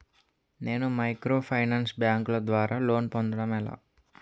నేను మైక్రోఫైనాన్స్ బ్యాంకుల ద్వారా లోన్ పొందడం ఎలా?